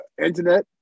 internet